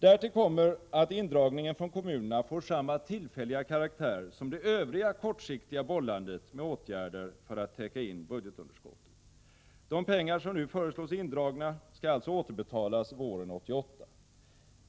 Därtill kommer att indragningen från kommunerna får samma tillfälliga karaktär som det övriga kortsiktiga bollandet med åtgärder för att täcka in budgetunderskottet. De pengar som nu föreslås indragna skall alltså inbetalas våren 1988.